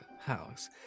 House